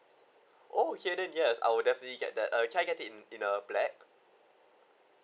oh okay then yes I will definitely get that uh can I get it in the black